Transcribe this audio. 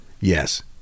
Yes